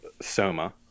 Soma